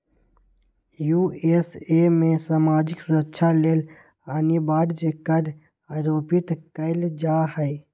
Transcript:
USA में सामाजिक सुरक्षा लेल अनिवार्ज कर आरोपित कएल जा हइ